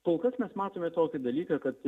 kol kas mes matome tokį dalyką kad